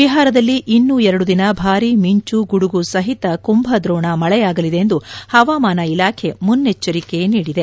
ಬಿಹಾರದಲ್ಲಿ ಇನ್ನೂ ಎರಡು ದಿನ ಭಾರಿ ಮಿಂಚು ಗುಡುಗು ಸಹಿತ ಕುಂಭದ್ರೋಣ ಮಳೆಯಾಗಲಿದೆ ಎಂದು ಹವಾಮಾನ ಇಲಾಖೆ ಮುನ್ನೆಚ್ಚರಿಕೆ ನೀಡಿದೆ